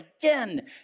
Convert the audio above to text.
again